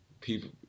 people